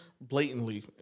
Blatantly